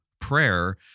prayer